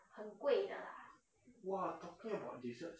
!wah! chocolate and desserts